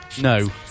No